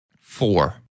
four